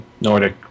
Nordic